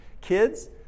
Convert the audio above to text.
Kids